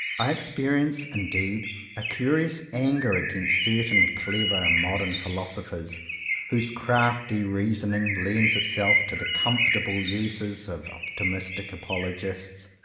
i experience indeed a curious anger against certain clever modern philosophers whose crafty reasoning lends itself to the comfortable uses of optimistic apologists.